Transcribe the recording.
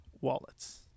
wallets